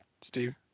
Steve